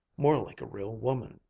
more like a real woman.